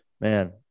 man